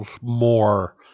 more